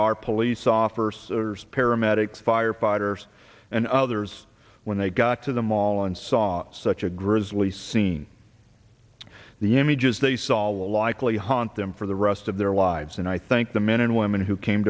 our police officers paramedics firefighters and others when they got to the mall and saw such a grisly scene the images they saw will likely haunt them for the rush of their lives and i thank the men and women who came